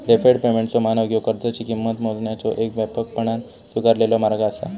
deferred पेमेंटचो मानक ह्यो कर्जाची किंमत मोजण्याचो येक व्यापकपणान स्वीकारलेलो मार्ग असा